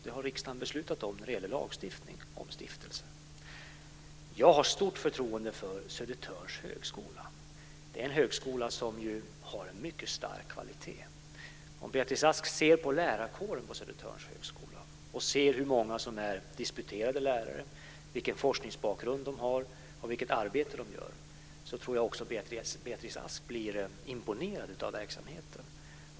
Det har riksdagen beslutat om när det gäller lagstiftning om stiftelser. Jag har stort förtroende för Södertörns högskola. Det är en högskola som har en mycket hög kvalitet. Om Beatrice Ask ser på lärarkåren på Södertörns högskola och ser hur många som är disputerade lärare, vilken forskningsbakgrund som de har och vilket arbete som de gör så tror jag också att Beatrice Ask blir imponerad av verksamheten.